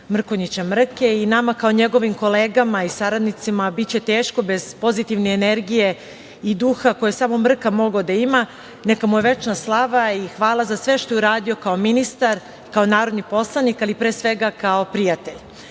Mrkonjića Mrke. Nama kao njegovim kolegama i saradnicima biće teško bez pozitivne energije i duha koji je samo Mrka mogao da ima. Neka mu je večna slava i hvala za sve što je uradio kao ministar, kao narodni poslanik, ali pre svega kao prijatelj. Poštovana